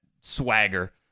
swagger